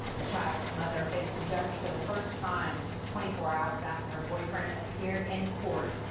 the child's mother faced the judge for the first time just twenty four hours after her boyfriend appeared in court.